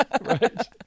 Right